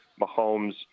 Mahomes